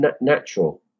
natural